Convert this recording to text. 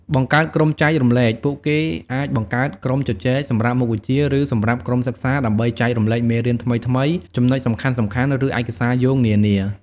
បង្កើតក្រុមចែករំលែក ពួកគេអាចបង្កើត ក្រុមជជែក សម្រាប់មុខវិជ្ជា ឬសម្រាប់ក្រុមសិក្សា ដើម្បីចែករំលែកមេរៀនថ្មីៗ ចំណុចសំខាន់ៗ ឬឯកសារយោងនានា។